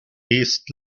east